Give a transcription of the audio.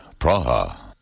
Praha